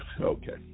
Okay